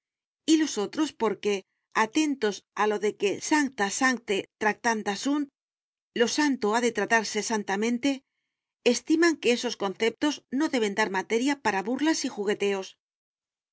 y los otros porque atentos a lo de que sancta sancte tractanda sunt lo santo ha de tratarse santamente estiman que esos conceptos no deben dar materia para burlas y jugueteos